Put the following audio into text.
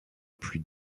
plus